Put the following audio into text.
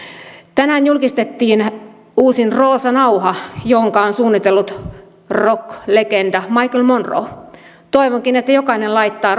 tänään julkistettiin uusin roosa nauha jonka on suunnitellut rocklegenda michael monroe toivonkin että jokainen laittaa